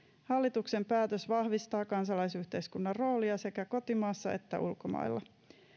hallituksen päätös vahvistaa kansalaisyhteiskunnan roolia sekä kotimaassa että ulkomailla